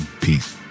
peace